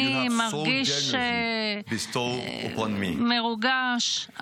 אני חש כבוד רב וענווה על